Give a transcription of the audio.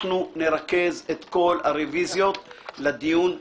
אנחנו נרכז את כל הרביזיות לדיון הבא.